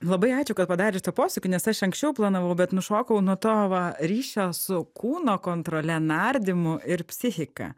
labai ačiū kad padarėt tą posūkį nes aš anksčiau planavau bet nušokau nuo to va ryšio su kūno kontrole nardymu ir psichika